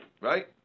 right